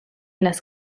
las